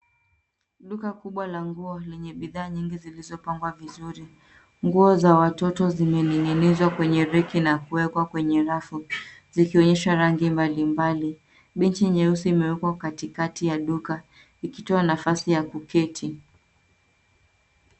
Duka kubwa la nguo lenye bidhaa nyingi zilizopangwa vizuri. Nguo za watoto zimening'inizwa kwenye reki na kuwekwa kwenye rafu zikionyesha rangi mbalimbali. Benchi nyeusi imewekwa katikati ya duka ikitoa nafasi ya kuketi.